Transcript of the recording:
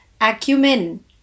acumen